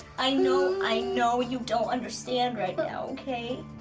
i know i know you don't understand right now, ok?